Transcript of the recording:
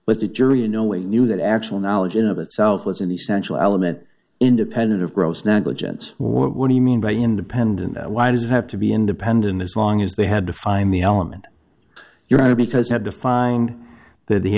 but the jury in no way knew that actual knowledge in of itself was an essential element independent of gross negligence what do you mean by independent why does it have to be independent as long as they had to find the element you're right because had to find that he